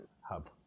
hub